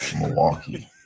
Milwaukee